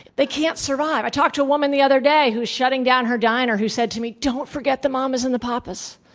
theycan't survive. i talked to a woman the other day who's shutting down her diner who said to me, don't forget the mamas and the pa pas.